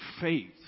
faith